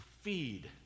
feed